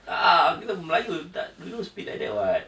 ah aku tahu melayu tak we don't speak like that [what]